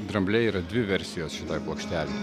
drambliai yra dvi versijos šitoj plokštelė